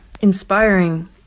inspiring